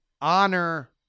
honor